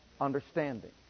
understanding